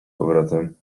powrotem